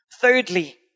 Thirdly